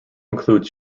includes